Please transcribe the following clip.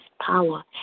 power